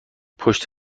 پشت